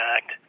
Act